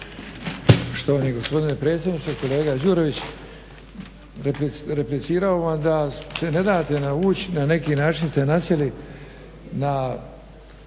Hvala vam